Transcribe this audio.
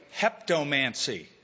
heptomancy